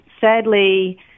Sadly